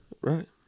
Right